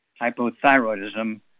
hypothyroidism